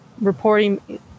reporting